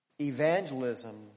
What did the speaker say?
Evangelism